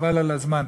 חבל על הזמן.